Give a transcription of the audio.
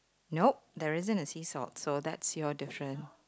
no there isn't a sea salt so that's your different